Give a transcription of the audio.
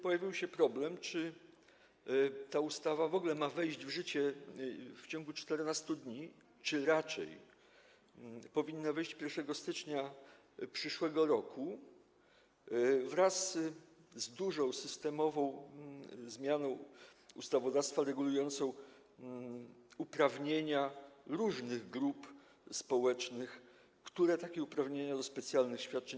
Pojawił się również problem, czy ta ustawa w ogóle ma wejść w życie w ciągu 14 dni, czy raczej powinna wejść 1 stycznia przyszłego roku wraz z dużą systemową zmianą ustawodawstwa regulującą uprawnienia różnych grup społecznych, które posiadają uprawnienia do specjalnych świadczeń.